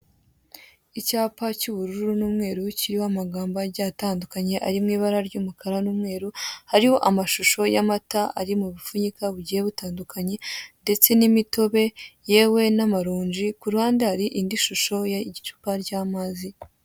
Icyapa cy'ubururu n'umweru kiriho amagambo agayiye atandukanye ari mw'ibara ry'umukara n'umweru, hariho amashusho y'amata ari mufunyika bugiye butandukanye ndetse n'imitobe yewe n'amaronge kuruhande hari ind'ishusho y'icupa ry'amazi.